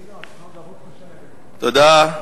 תודה.